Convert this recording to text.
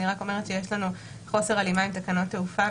אני רק אומרת שיש לנו חוסר הלימה עם תקנות תעופה.